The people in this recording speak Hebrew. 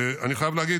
אני חייב להגיד,